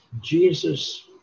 Jesus